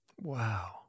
wow